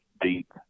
deep